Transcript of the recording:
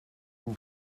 and